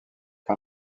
par